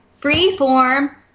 Freeform